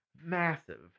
Massive